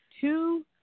two